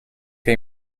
che